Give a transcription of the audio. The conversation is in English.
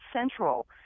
Central